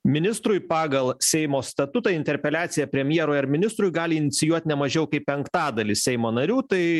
ministrui pagal seimo statutą interpeliaciją premjerui ar ministrui gali inicijuot ne mažiau kaip penktadalis seimo narių tai